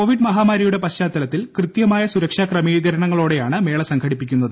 കോവിഡ മഹാമാരിയുടെ ഷ്ത്രാ്ത്തലത്തിൽ കൃത്യമായ സുരക്ഷാ ക്രമീകരണങ്ങളോടെയാണ് മേള സംഘടിപ്പിക്കുന്നത്